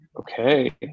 Okay